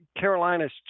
Carolina's